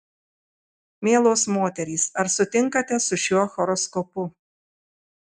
mielos moterys ar sutinkate su šiuo horoskopu